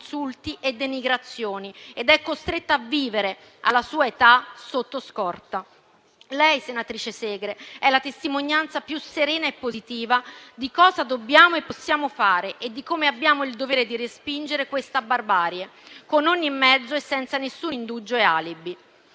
e denigrazioni ed è costretta a vivere, alla sua età, sotto scorta. Lei, senatrice Segre, è la testimonianza più serena e positiva di cosa dobbiamo e possiamo fare e di come abbiamo il dovere di respingere questa barbarie con ogni mezzo e senza alcun indugio e alibi.